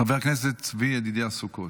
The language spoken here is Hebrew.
חבר הכנסת צבי ידידיה סוכות.